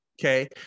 Okay